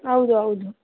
ಹೌದು ಹೌದು